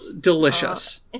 Delicious